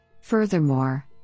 Furthermore